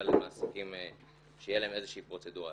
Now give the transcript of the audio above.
למעסיקים שתהיה להם איזושהי פרוצדורה.